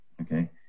okay